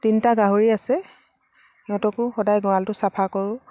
তিনটা গাহৰি আছে সিহঁতকো সদায় গঁৰালটো চাফা কৰোঁ